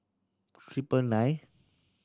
triple nine